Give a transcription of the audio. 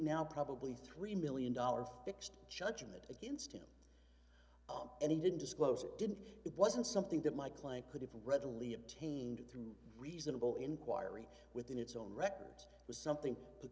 now probably three million dollars fixed judgment against him and he didn't disclose it didn't it wasn't something that my client could have readily obtained through reasonable inquiry within its own records was something